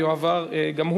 התשע"ב 2012,